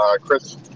Chris